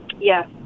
Yes